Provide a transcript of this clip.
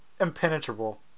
impenetrable